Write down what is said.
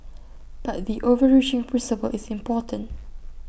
but the overreaching principle is important